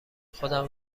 خودم